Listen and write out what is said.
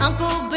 Uncle